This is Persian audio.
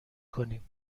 کنیم